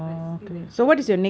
but is still very shaky